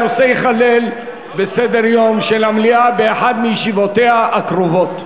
הנושא ייכלל בסדר-היום של המליאה באחת מישיבותיה הקרובות.